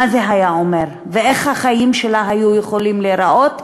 מה זה היה אומר ואיך החיים שלה היו יכולים להיראות,